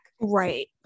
right